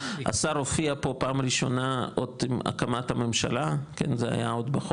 השר הופיע פה בפעם הראשונה עוד עם הקמת הממשלה בחורף,